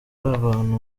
abantu